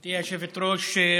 גברתי היושבת-ראש.